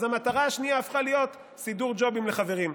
ואז המטרה השנייה הפכה להיות סידור ג'ובים לחברים.